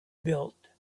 built